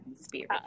spirit